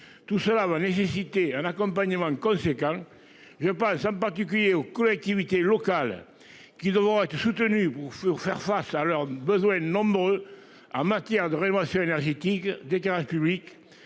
Tout cela va nécessiter un accompagnement conséquent. Je pense en particulier aux collectivités locales qui devront être soutenus pour furent faire face à leurs besoins et de nombreux. En matière de rénovation énergétique des terrains publics